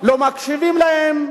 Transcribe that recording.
לא מקשיבים להם,